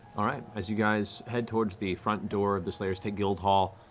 all right, as you guys heads towards the front door of the slayer's take guild hall,